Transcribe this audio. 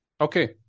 Okay